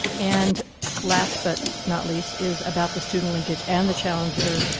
and last but not least is about the student linkage and the challenger,